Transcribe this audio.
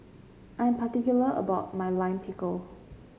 I am particular about my Lime Pickle